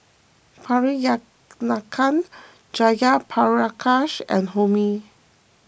Priyanka Jayaprakash and Homi